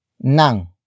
NANG